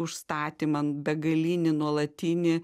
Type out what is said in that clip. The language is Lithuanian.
užstatymą begalinį nuolatinį